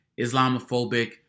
Islamophobic